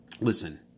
Listen